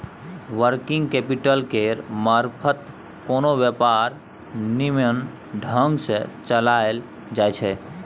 working capital केर मारफत कोनो व्यापार निम्मन ढंग सँ चलाएल जाइ छै